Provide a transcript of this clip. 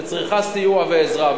שצריכה סיוע ועזרה,